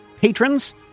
patrons